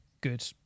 good